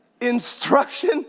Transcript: Instruction